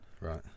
Right